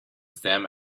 same